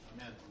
Amen